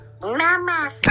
Mama